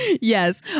yes